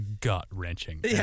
gut-wrenching